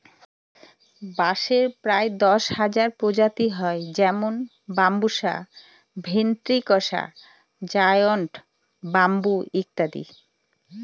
বাঁশের প্রায় দশ হাজার প্রজাতি হয় যেমন বাম্বুসা ভেন্ট্রিকসা জায়ন্ট ব্যাম্বু ইত্যাদি